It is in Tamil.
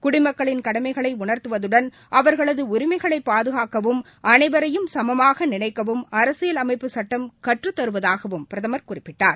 குடிமக்களின் கடமைகளைஉணா்த்துவதுடன் அவா்களதுஉரிஸ்களைபாதுகாக்கவும் அனைவரையும் சமமாகநினைக்கவும் அரசியல் அமைப்புச் சட்டம் கற்றுத் தருவதாகவும் பிரதமர் குறிப்பிட்டார்